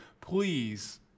please